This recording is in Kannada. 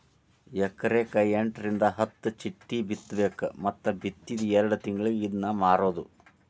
ಎಕರೆಕ ಎಂಟರಿಂದ ಹತ್ತ ಚಿಟ್ಟಿ ಬಿತ್ತಬೇಕ ಮತ್ತ ಬಿತ್ತಿದ ಎರ್ಡ್ ತಿಂಗಳಿಗೆ ಇದ್ನಾ ಮಾರುದು